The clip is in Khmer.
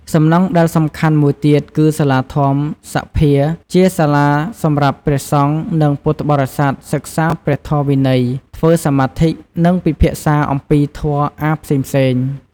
សំណង់ដែលសំខាន់មួយទៀតគឺសាលាធម្មសភាជាសាលាសម្រាប់ព្រះសង្ឃ និងពុទ្ធបរិស័ទសិក្សាព្រះធម៌វិន័យ ធ្វើសមាធិ និងពិភាក្សាអំពីធម៌អាថ៌ផ្សេងៗ។